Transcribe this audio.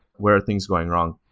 where are things going wrong?